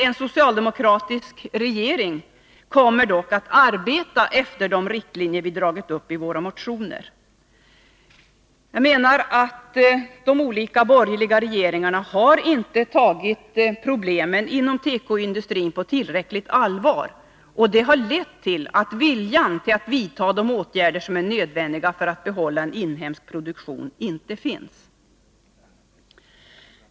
En socialdemokratisk regering kommer dock att arbeta efter de riktlinjer vi dragit upp i våra motioner. De olika borgerliga regeringarna har inte tagit problemen inom tekoindustrin tillräckligt på allvar, och det har lett till att viljan att vidta de åtgärder som är nödvändiga för att bibehålla en inhemsk produktion inte finns.